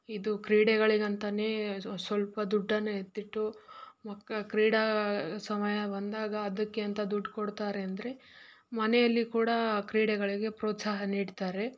ಇದು ಕ್ರೀಡೆಗಳಿಗಂತಾನೇ ಸ್ವ ಸ್ವಲ್ಪ ದುಡ್ಡನ್ನು ಎತ್ತಿಟ್ಟು ಕ್ರೀಡಾ ಸಮಯ ಬಂದಾಗ ಅದಕ್ಕೆ ಅಂತ ದುಡ್ಡು ಕೊಡ್ತಾರೆ ಅಂದರೆ ಮನೆಯಲ್ಲಿ ಕೂಡ ಕ್ರೀಡೆಗಳಿಗೆ ಪ್ರೋತ್ಸಾಹ ನೀಡ್ತಾರೆ